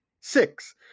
Six